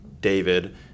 David